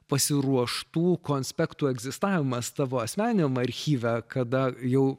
pasiruoštų konspektų egzistavimas tavo asmeniniam archyve kada jau